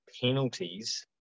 penalties